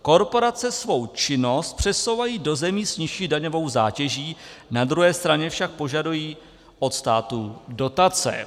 Korporace svou činnost přesouvají do zemí s nižší daňovou zátěží, na druhé straně však požadují od států dotace.